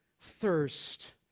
thirst